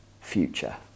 future